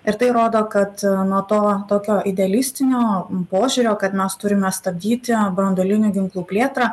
ir tai rodo kad nuo to tokio idealistinio požiūrio kad mes turime stabdyti branduolinių ginklų plėtrą